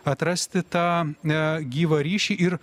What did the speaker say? atrasti tą aa gyvą ryšį ir